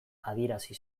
adierazi